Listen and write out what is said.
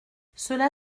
cela